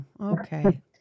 okay